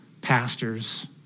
pastors